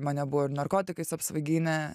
mane buvo ir narkotikais apsvaiginę